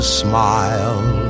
smile